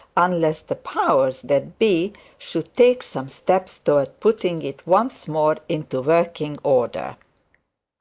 unless the powers that be should take some steps towards putting it once more into working order.